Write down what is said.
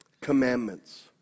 commandments